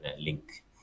link